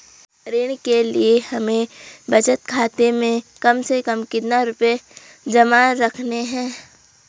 ऋण के लिए हमें बचत खाते में कम से कम कितना रुपये जमा रखने हैं?